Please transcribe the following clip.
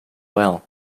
well